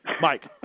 Mike